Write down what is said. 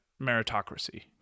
meritocracy